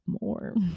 more